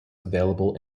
available